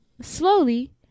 slowly